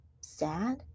sad